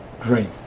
dream